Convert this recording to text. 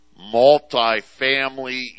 Multifamily